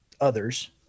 others